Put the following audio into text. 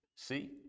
See